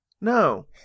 No